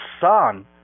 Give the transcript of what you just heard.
son